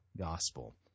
gospel